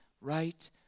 right